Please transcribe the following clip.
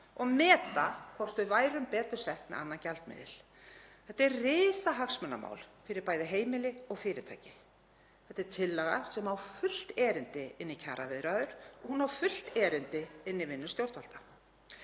og meta hvort við værum betur sett með annan gjaldmiðil. Þetta er risahagsmunamál fyrir bæði heimili og fyrirtæki. Þetta er tillaga sem á fullt erindi inn í kjaraviðræður. Hún á fullt erindi inn í vinnu stjórnvalda.